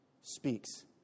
speaks